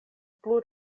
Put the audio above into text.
plu